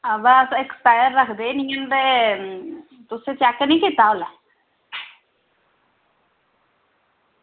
बाऽ अस एक्सपायर रक्खदे निं हैन ते तुसें चैक निं कीता हा उसलै